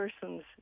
person's